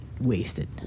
wasted